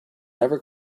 never